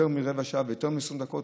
יותר מרבע שעה ויותר מ-20 דקות,